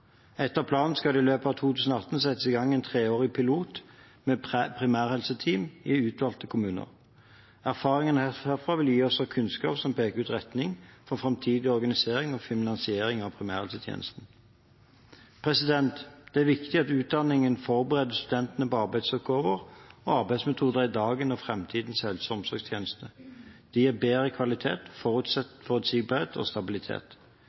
Etter planen skal det i løpet av 2018 settes i gang en treårig pilot med primærhelseteam i utvalgte kommuner. Erfaringene derfra vil gi oss kunnskap som peker ut retningen for framtidig organisering og finansiering av primærhelsetjenesten. Det er viktig at utdanningen forbereder studentene på arbeidsoppgaver og arbeidsmetoder i dagens og framtidens helse- og omsorgstjeneste. Det gir bedre kvalitet, forutsigbarhet og stabilitet.